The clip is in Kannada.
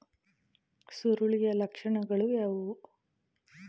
ಸುರುಳಿಯ ಲಕ್ಷಣಗಳು ಯಾವುವು?